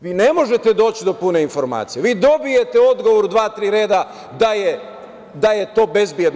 Vi ne možete doći do pune informacije, vi dobijete odgovor u dva, tri reda da je to bezbedno.